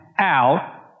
out